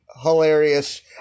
hilarious